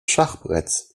schachbretts